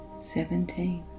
Seventeen